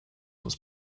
was